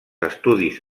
estudis